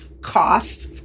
cost